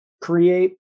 create